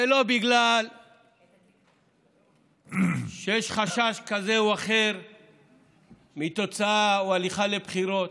ולא בגלל שיש חשש כזה או אחר מתוצאה של הליכה לבחירות,